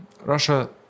Russia